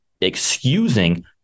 excusing